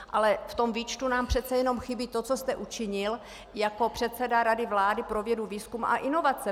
Ale v tom výčtu nám přece jenom chybí to, co jste učinil jako předseda Rady vlády pro vědu, výzkum a inovace!